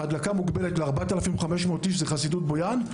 ההדלקה מוגבלת ל-4,500 אנשים, זה חסידות בויאן,